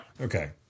okay